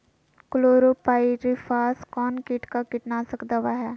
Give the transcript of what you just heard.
Chlorpyrifos कौन किट का कीटनाशक दवा है?